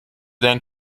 then